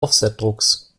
offsetdrucks